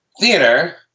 theater